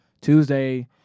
Tuesday